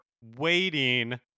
waiting